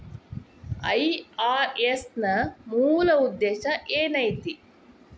IRS ನ ಮೂಲ್ ಉದ್ದೇಶ ಏನೈತಿ?